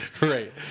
Right